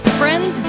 friends